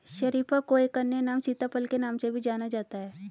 शरीफा को एक अन्य नाम सीताफल के नाम से भी जाना जाता है